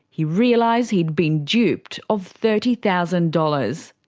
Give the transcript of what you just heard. he realised he'd been duped of thirty thousand dollars.